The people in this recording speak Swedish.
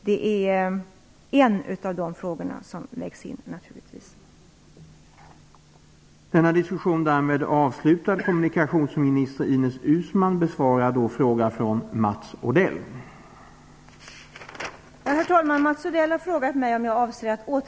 Det är en av de frågor som naturligtvis vägs in.